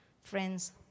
Friends